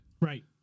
Right